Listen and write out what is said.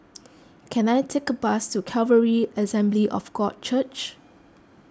can I take a bus to Calvary Assembly of God Church